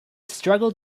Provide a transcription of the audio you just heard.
struggled